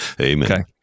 Amen